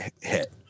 hit